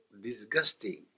disgusting